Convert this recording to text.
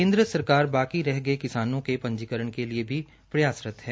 केन्द्र सरकार बाकी रह गये किसानों के पंजीकरण के लिए भी प्रयासरत है